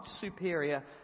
superior